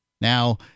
Now